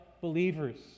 believers